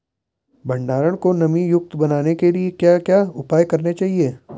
भंडारण को नमी युक्त बनाने के लिए क्या क्या उपाय करने चाहिए?